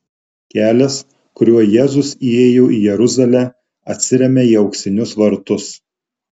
kelias kuriuo jėzus įėjo į jeruzalę atsiremia į auksinius vartus